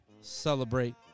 celebrate